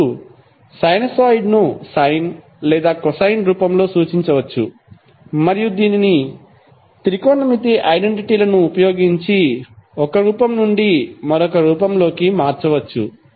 ఇప్పుడు సైనూసోయిడ్ ను సైన్ లేదా కొసైన్ రూపంలో సూచించవచ్చు మరియు దీనిని త్రికోణమితి ఐడెంటిటీలను ఉపయోగించి ఒక రూపం నుండి మరొక రూపంలోకి మార్చవచ్చు